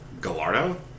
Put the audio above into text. Gallardo